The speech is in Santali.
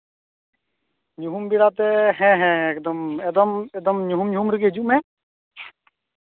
ᱧᱩᱦᱩᱢ ᱵᱮᱲᱟᱛᱮ ᱦᱮᱸ ᱦᱮᱸ ᱮᱠᱫᱚᱢ ᱧᱩᱦᱩᱢ ᱧᱩᱦᱩᱢ ᱨᱮᱜᱮᱢ ᱦᱤᱡᱩᱜᱼᱟ